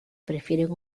prefieren